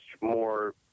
more